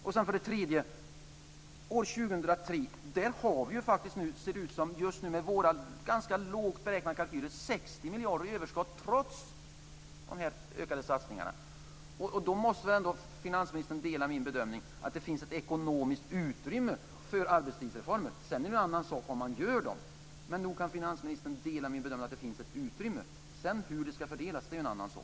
Med våra ganska lågt beräknade kalkyler ser det ut som om vi år 2003 skulle ha 60 miljarder i överskott trots de här ökade satsningarna. Då måste väl ändå finansministern dela min bedömning att det finns ett ekonomiskt utrymme för arbetstidsreformer? Sedan är det en annan sak om man genomför dem. Men nog kan väl finansministern dela min bedömning att det finns ett utrymme för det? Hur det sedan ska fördelas är en annan sak.